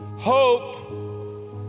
Hope